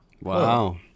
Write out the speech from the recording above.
Wow